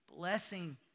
Blessing